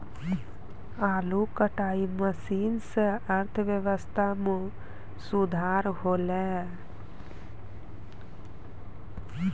आलू कटाई मसीन सें अर्थव्यवस्था म सुधार हौलय